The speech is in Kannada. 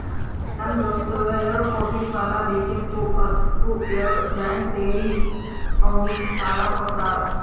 ನಮ್ ದೋಸ್ತಗ್ ಎರಡು ಕೋಟಿ ಸಾಲಾ ಬೇಕಿತ್ತು ಅದ್ದುಕ್ ಎರಡು ಬ್ಯಾಂಕ್ ಸೇರಿ ಅವ್ನಿಗ ಸಾಲಾ ಕೊಟ್ಟಾರ್